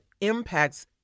impacts